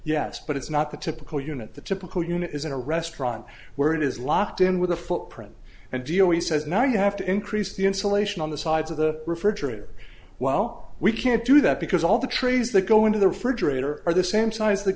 yes but it's not the typical unit the typical unit is in a restaurant where it is locked in with a footprint and geo he says now you have to increase the insulation on the sides of the refrigerator well we can't do that because all the trees that go into the refrigerator are the same size that